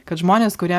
kad žmonės kurie